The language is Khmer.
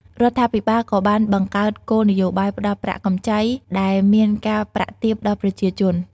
រដ្ឋាភិបាលក៏បានបង្កើតគោលនយោបាយផ្តល់ប្រាក់កម្ចីដែលមានការប្រាក់ទាបដល់ប្រជាជន។